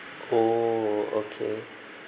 oh okay